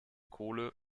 kohle